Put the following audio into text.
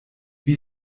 wie